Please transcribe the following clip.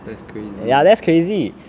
that's crazy